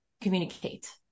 communicate